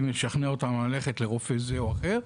וישכנעו אותנו ללכת לרופא זה או אחר,